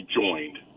joined